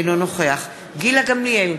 אינו נוכח גילה גמליאל,